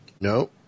No